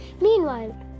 Meanwhile